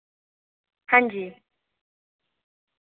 हां जी